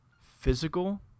physical